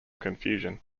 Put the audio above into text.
confusion